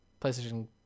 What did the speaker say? PlayStation